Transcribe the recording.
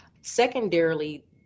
Secondarily